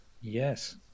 Yes